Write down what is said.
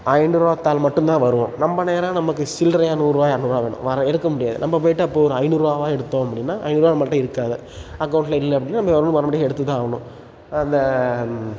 ஐந்நூறுரூவாத் தாள் மட்டும் தான் வரும் நம்ம நேரம் நமக்கு சில்லறையா நூறுரூவா இரநூறுவா வேணும் வர எடுக்க முடியாது நம்ம போயிட்டு அப்போ ஒரு ஐந்நூறுரூவாவா எடுத்தோம் அப்படின்னா ஐந்நூறுரூவா நம்மள்ட்ட இருக்காது அக்கௌண்ட்டில் இல்லை அப்படின்னா நம்ம வேறு ஒன்றும் பண்ண முடியாது எடுத்து தான் ஆகணும் அந்த